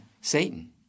Satan